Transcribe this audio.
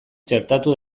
txertatu